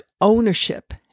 ownership